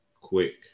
quick